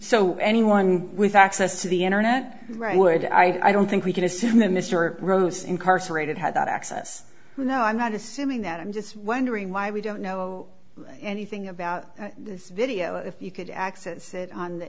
so anyone with access to the internet right would i don't think we can assume that mr gross incarcerated had access to no i'm not assuming that i'm just wondering why we don't know anything about this video if you could access it on the